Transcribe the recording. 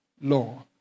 law